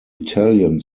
italian